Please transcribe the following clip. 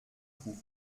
cou